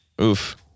Oof